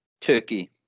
Turkey